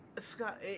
Scott